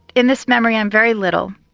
in this memory i'm very little,